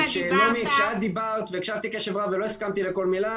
כי נעמי כשאת דיברת הקשבתי קשב רב ולא הסכמתי לכל מילה,